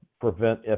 prevent